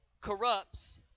corrupts